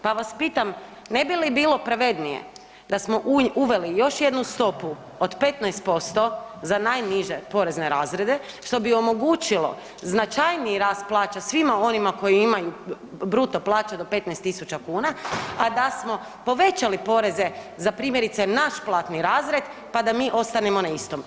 Pa vas pitam, ne bi li bilo pravednije da smo uveli još jednu stopu od 15% za najniže porezne razrede što bi omogućilo značajniji rast plaća svima onima koji imaju bruto plaće do 15.000 kuna, a da smo povećali poreze za primjerice naš platni razred pa da mi ostanemo na istom?